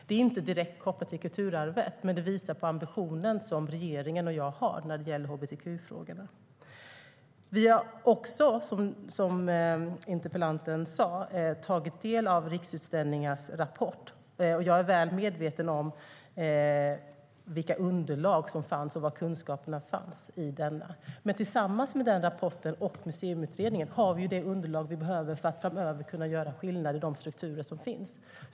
Det är inte direkt kopplat till kulturarvet, men det visar på ambitionen som regeringen och jag har när det gäller hbtq-frågorna. Vi har också, som interpellanten sa, tagit del av Riksutställningars rapport. Jag är väl medveten om vilka underlag som fanns och var kunskaperna fanns i denna. Men tillsammans med rapporten och Museiutredningen har vi det underlag vi behöver för att framöver kunna göra skillnad i de strukturer som finns.